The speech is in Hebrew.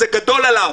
זה גדול עליו.